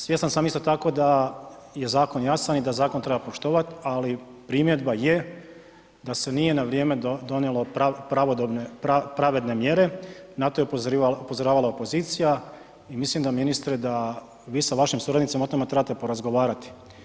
Svjestan sam isto tako da je zakon jasan i da zakon treba poštovati, ali primjedba je da se nije na vrijeme donijelo pravodobne pravedne mjere, na to je upozoravala opozicija i mislim ministre da vi sa vašim suradnicima o tome trebate porazgovarati.